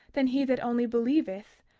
than he that only believeth,